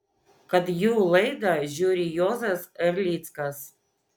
kad jų laidą žiūri juozas erlickas